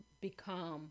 become